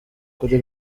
kuri